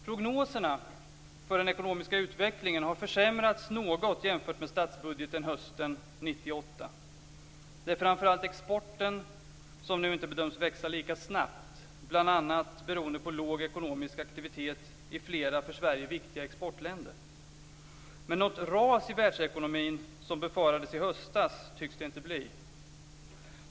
Prognoserna för den ekonomiska utvecklingen har försämrats något jämfört med statsbudgeten hösten 1998. Det är framför allt exporten som nu inte bedöms växa lika snabbt, bl.a. beroende på låg ekonomisk aktivitet i flera för Sverige viktiga exportländer. Men något ras i världsekonomin som befarades i höstas tycks det inte bli.